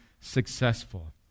successful